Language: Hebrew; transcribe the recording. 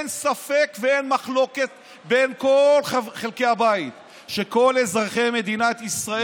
אין ספק ואין מחלוקת בין כל חלקי הבית שכל אזרחי מדינת ישראל,